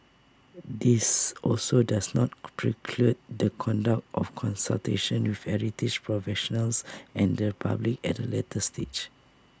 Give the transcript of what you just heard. this also does not preclude the conduct of consultations with heritage professionals and the public at A later stage